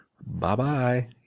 bye-bye